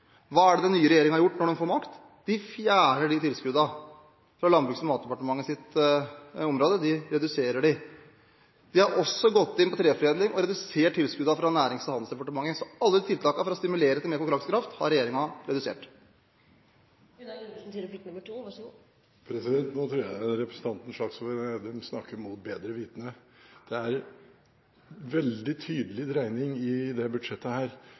Hva er det den nye regjeringen gjør, når den får makt? Den fjerner disse tilskuddene fra Landbruks- og matdepartementets område – den reduserer dem. Den har også gått inn på treforedling og redusert tilskuddene fra Nærings- og handelsdepartementet, så alle tiltakene for å stimulere til mer konkurransekraft har regjeringen redusert. Nå tror jeg representanten Slagsvold Vedum snakker mot bedre vitende. Det er en veldig tydelig dreining i dette budsjettet, mer satsing på lokalt eierskap, mer satsing på kunnskap og forskning og mer satsing på samferdsel. Er det